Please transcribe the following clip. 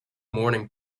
morning